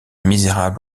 misérables